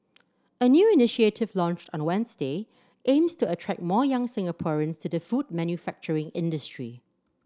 a new initiative launched on Wednesday aims to attract more young Singaporeans to the food manufacturing industry